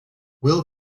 will